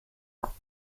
hat